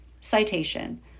Citation